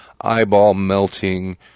eyeball-melting